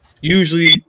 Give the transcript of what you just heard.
usually